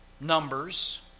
numbers